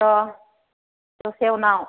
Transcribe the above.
र' दसे उनाव